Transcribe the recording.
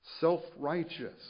self-righteous